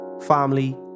family